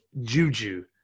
Juju